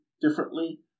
differently